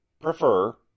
prefer